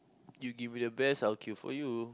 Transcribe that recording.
you you would have best I would kill for you